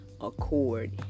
accord